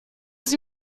sie